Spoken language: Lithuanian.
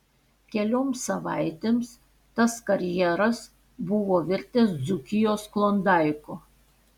kelioms savaitėms tas karjeras buvo virtęs dzūkijos klondaiku